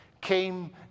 came